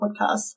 Podcast